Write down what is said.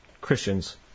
Christians